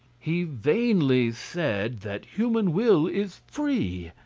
he vainly said that human will is free,